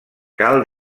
cal